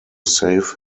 save